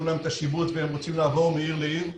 להם את השיבוץ והם רוצים לעבור מעיר לעיר.